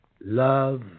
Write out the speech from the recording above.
love